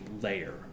layer